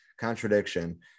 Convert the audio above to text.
contradiction